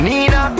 Nina